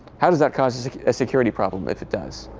how does that cause a security problem, if it does?